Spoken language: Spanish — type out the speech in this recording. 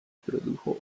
produjo